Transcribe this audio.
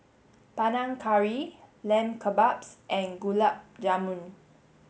Panang Curry Lamb Kebabs and Gulab Jamun